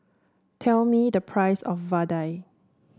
tell me the price of Vadai